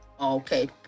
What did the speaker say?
Okay